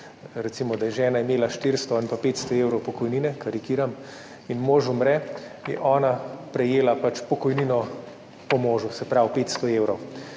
da je imela žena 400 ali pa 500 evrov pokojnine, karikiram, in je mož umrl, je ona prejela pokojnino po možu, se pravi 500 evrov.